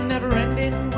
Never-ending